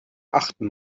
achten